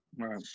Right